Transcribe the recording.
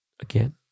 again